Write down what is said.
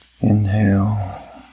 Inhale